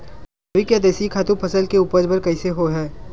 जैविक या देशी खातु फसल के उपज बर कइसे होहय?